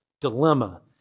dilemma